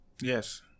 yes